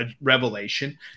revelation